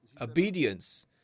obedience